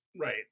right